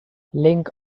link